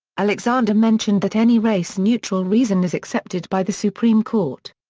alexander mentioned that any race-neutral reason is accepted by the supreme court.